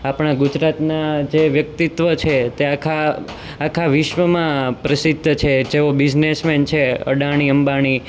આપણાં ગુજરાતનાં જે વ્યક્તિત્વ છે તે આખા આખા વિશ્વમાં પ્રસિદ્ધ છે જેઓ બિઝનેસમેન છે અદાણી અંબાણી